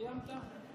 סיימת?